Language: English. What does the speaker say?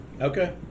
okay